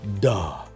Duh